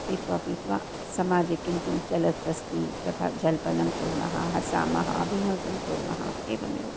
पीत्वा पीत्वा समाजे किं किं चलत् अस्ति तथा जल्पनं कुर्मः हसामः विनोदं कुर्मः एवमेव